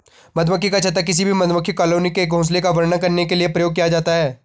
मधुमक्खी का छत्ता किसी भी मधुमक्खी कॉलोनी के घोंसले का वर्णन करने के लिए प्रयोग किया जाता है